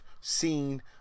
seen